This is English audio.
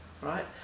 right